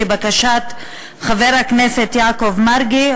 לבקשת חבר הכנסת יעקב מרגי,